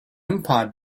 umpired